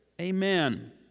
Amen